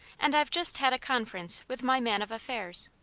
and i've just had a conference with my man of affairs.